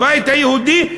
בבית היהודי,